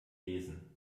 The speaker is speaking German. lesen